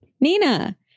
nina